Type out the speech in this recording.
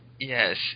Yes